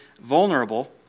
vulnerable